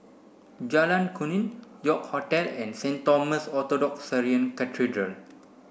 Jalan Kemuning York Hotel and Saint Thomas Orthodox Syrian Cathedral